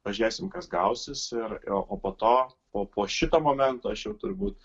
pažiūrėsim kas gausis ir o po to o po šito momento aš jau turbūt